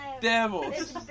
devils